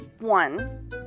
one